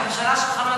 ועדת הפנים.